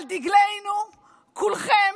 / על דגלנו כולכם,